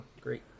great